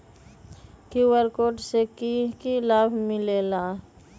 QR code से कि कि लाव मिलेला?